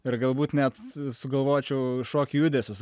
ir galbūt net sugalvočiau šokio judesius